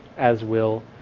as will